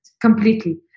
completely